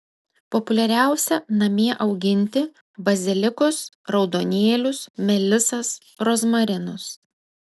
populiariausia namie auginti bazilikus raudonėlius melisas rozmarinus